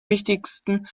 wichtigsten